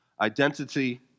Identity